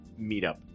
meetup